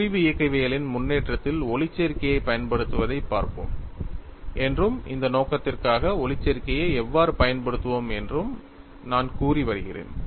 முறிவு இயக்கவியலின் முன்னேற்றத்தில் ஒளிச்சேர்க்கையைப் பயன்படுத்துவதைப் பார்ப்போம் என்றும் இந்த நோக்கத்திற்காக ஒளிச்சேர்க்கையை எவ்வாறு பயன்படுத்துவோம் என்றும் நான் கூறி வருகிறேன்